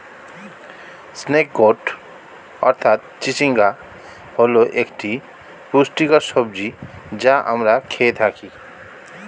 snake gourd অর্থাৎ চিচিঙ্গা হল একটি পুষ্টিকর সবজি যা আমরা খেয়ে থাকি